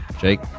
Jake